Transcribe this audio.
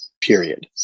Period